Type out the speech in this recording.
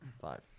Five